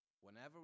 whenever